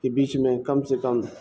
کے بیچ میں کم سے کم